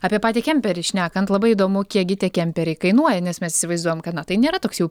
apie patį kemperį šnekant labai įdomu kiekgi tie kemperiai kainuoja nes mes įsivaizduojam kad na tai nėra toks jau